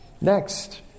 Next